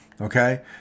Okay